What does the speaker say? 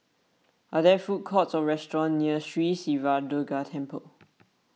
are there food courts or restaurants near Sri Siva Durga Temple